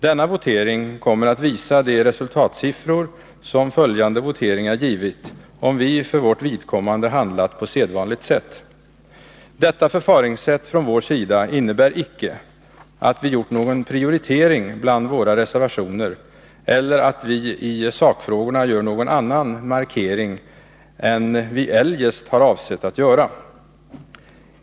Denna votering kommer att visa de resultatsiffror som följande voteringar givit om vi för vårt vidkommande handlat på sedvanligt sätt. Detta förfaringssätt från vår sida innebär icke att vi gjort någon prioritering bland våra reservationer eller att vi i sakfrågorna gör någon annan markering än vi eljest har avsett att göra.